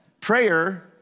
Prayer